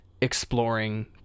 exploring